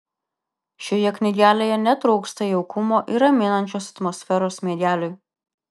šioje knygelėje netrūksta jaukumo ir raminančios atmosferos miegeliui